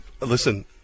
Listen